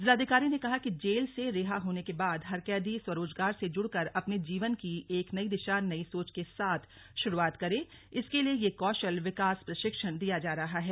जिलाधिकारी ने कहा कि जेल से रिहा होने के बाद हर कैदी स्वरोजगार से जुड़कर अपने जीवन की एक नई दिशा नई सोच के साथ शुरुआत करें इसके लिए यह कौशल विकास प्रशिक्षण दिया जा रहा है